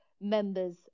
members